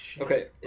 Okay